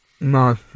No